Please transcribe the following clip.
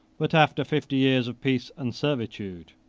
but after fifty years of peace and servitude,